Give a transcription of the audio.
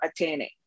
attaining